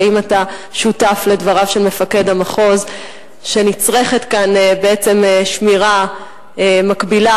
האם אתה שותף לדבריו של מפקד המחוז שנצרכת כאן בעצם שמירה מקבילה,